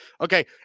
okay